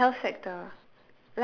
in the health sector